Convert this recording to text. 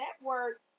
network